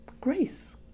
grace